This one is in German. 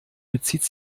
bezieht